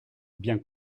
bien